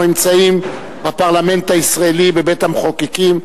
אנחנו נמצאים בפרלמנט הישראלי, בבית-המחוקקים.